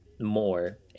more